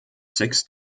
six